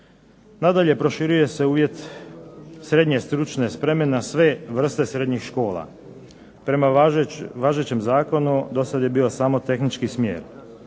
Nadalje, proširuje se uvjet srednje stručne spreme na sve vrste srednjih škola. Prema važećem zakonu do sad je bio samo tehnički smjer.